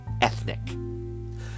ethnic